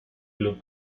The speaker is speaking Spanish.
club